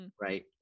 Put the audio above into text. right